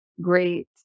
great